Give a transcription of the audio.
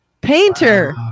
painter